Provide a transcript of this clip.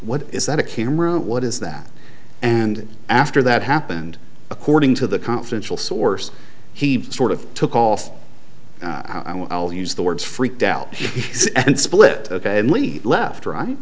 what is that a camera what is that and after that happened according to the confidential source he sort of took off use the words freaked out and split ok and we left